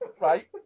Right